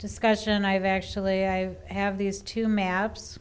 discussion i have actually i have these two maps